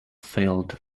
filled